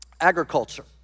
agriculture